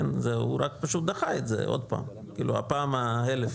הוא רק פשוט דחה את זה בפעם ה-1000,